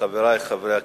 חברי חברי הכנסת,